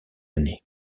année